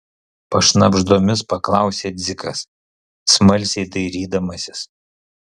pašnabždomis paklausė dzikas smalsiai dairydamasis